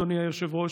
אדוני היושב-ראש,